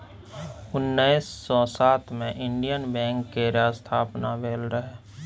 उन्नैस सय सात मे इंडियन बैंक केर स्थापना भेल रहय